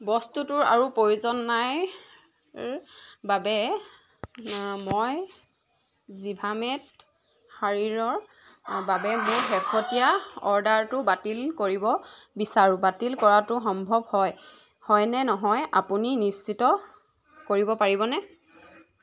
বস্তুটোৰ আৰু প্ৰয়োজন নাইৰ বাবে মই জিভামেত শাড়ীৰৰ বাবে মোৰ শেহতীয়া অৰ্ডাৰটো বাতিল কৰিব বিচাৰোঁ বাতিল কৰাটো সম্ভৱ হয় হয়নে নহয় আপুনি নিশ্চিত কৰিব পাৰিবনে